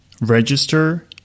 Register